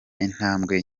intambwe